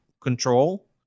control